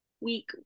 week